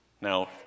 Now